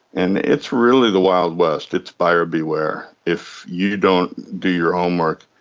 and it's really the wild west, it's buyer beware. if you don't do your homework,